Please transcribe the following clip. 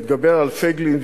להתגבר על פייגלין,